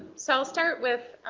so start with